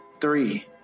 Three